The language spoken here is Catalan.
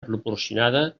proporcionada